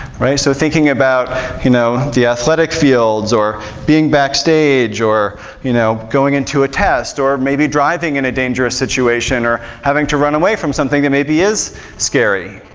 so thinking about you know the athletic fields, or being backstage, or you know going into a test, or maybe driving in a dangerous situation, or having to run away from something that maybe is scary?